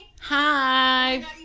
Hi